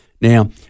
Now